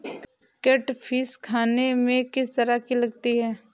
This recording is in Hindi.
कैटफिश खाने में किस तरह की लगती है?